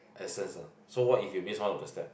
essence ah so what if you miss one of the step